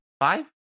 Five